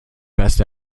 best